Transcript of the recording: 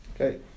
Okay